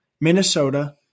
Minnesota